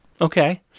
Okay